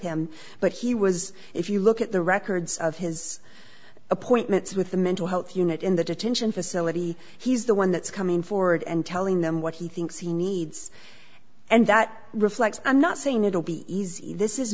him but he was if you look at the records of his appointments with the mental health unit in the detention facility he's the one that's coming forward and telling them what he thinks he needs and that reflects i'm not saying it'll be easy this is